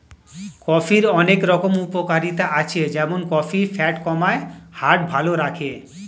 কফির অনেক রকম উপকারিতা আছে যেমন কফি ফ্যাট কমায়, হার্ট ভালো রাখে